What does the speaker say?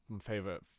favorite